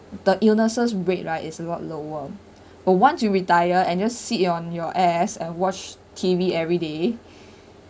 the illnesses rate right is a lot lower uh once you retire and just sit on your ass and watch T_V every day